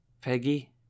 Peggy